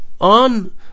on